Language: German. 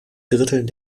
dritteln